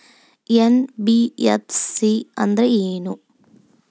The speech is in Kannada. ಎನ್.ಬಿ.ಎಫ್.ಸಿ ಅಂದ್ರೇನು?